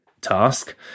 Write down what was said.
task